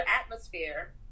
atmosphere